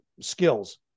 skills